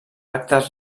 actes